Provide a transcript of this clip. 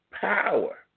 power